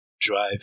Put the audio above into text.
drive